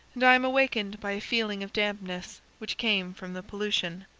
and i am awakened by a feeling of dampness which came from the pollution.